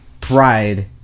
pride